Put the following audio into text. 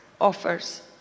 offers